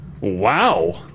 Wow